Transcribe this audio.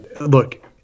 look